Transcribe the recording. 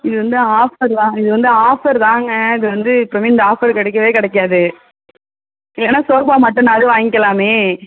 இது வந்து ஆஃபர் தான் இது வந்து ஆஃபர் தாங்க இது வந்து எப்போவுமே இந்த ஆஃபர் கிடைக்கவே கிடைக்காது இல்லைன்னா ஷோஃபா மட்டுன்னாது வாய்ங்களாமே